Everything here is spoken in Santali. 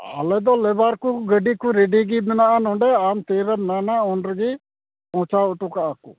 ᱟᱞᱮ ᱫᱚ ᱞᱮᱵᱟᱨ ᱠᱚ ᱜᱟᱹᱰᱤ ᱠᱚ ᱨᱮᱰᱤ ᱜᱮ ᱢᱮᱱᱟᱜᱼᱟ ᱱᱚᱸᱰᱮ ᱟᱢ ᱛᱤᱨᱮᱢ ᱢᱮᱱᱟ ᱩᱱᱨᱮᱜᱮ ᱯᱳᱣᱪᱷᱟᱣ ᱚᱴᱚᱠᱟᱜᱼᱟ ᱠᱚ